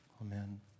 amen